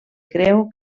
creu